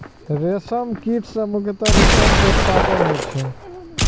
रेशम कीट सं मुख्यतः रेशम के उत्पादन होइ छै